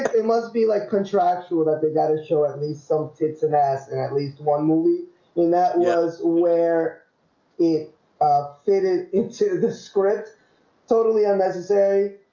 it must be like contractual that they gotta show at least some tits and ass and at least one movie and that yeah ah is where it faded into the script totally unnecessary